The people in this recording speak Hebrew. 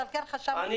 ועל כן חשבנו -- בסדר.